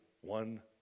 one